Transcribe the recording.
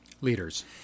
Leaders